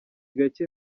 gake